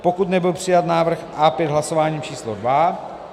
pokud nebyl přijat návrh A5 hlasováním č. dvě